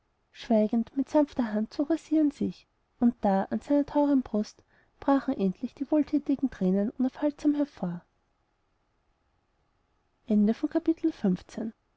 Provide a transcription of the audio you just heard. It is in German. schweigend mit sanfter hand zog er sie an sich und da an seiner treuen brust brachen endlich die wohlthätigen thränen unaufhaltsam hervor